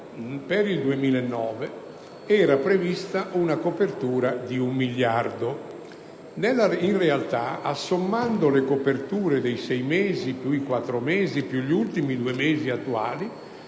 per il 2009 era prevista una copertura finanziaria di un miliardo di euro; sommando però le coperture dei sei mesi più i quattro mesi più gli ultimi due mesi attuali,